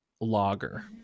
logger